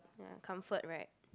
yeah comfort right